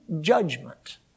judgment